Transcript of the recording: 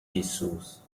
issues